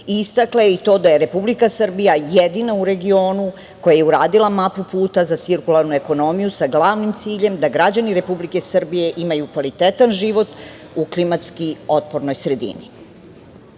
Istakla je i to da je Republika Srbija jedina u regionu koja je uradila mapu puta za cirkularnu ekonomiju sa glavnim ciljem da građani Republike Srbije imaju kvalitetan život u klimatski otpornoj sredini. Priroda